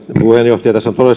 puheenjohtaja tässä on